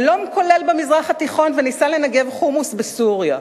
שלום כולל במזרח התיכון, וניסע לנגב חומוס בסוריה,